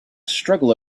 struggle